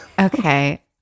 Okay